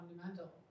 fundamental